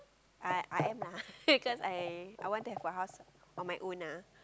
I I am lah because I I want to have a house on my own lah